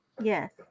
Yes